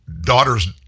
daughter's